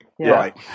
Right